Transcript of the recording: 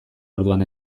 orduan